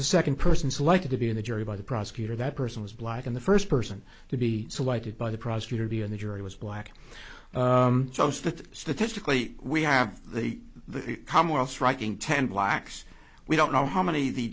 the second person selected to be in the jury by the prosecutor that person was black and the first person to be selected by the prosecutor be on the jury was black toast that statistically we have the calm while striking ten blacks we don't know how many the